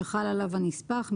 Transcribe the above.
שחל עליו הנספח,